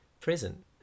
present